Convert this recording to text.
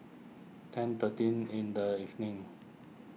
ten thirty in the evening